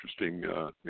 interesting